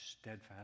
steadfast